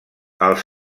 els